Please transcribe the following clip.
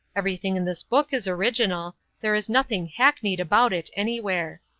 everything in this book is original there is nothing hackneyed about it anywhere.